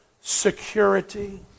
security